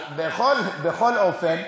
בכל אופן,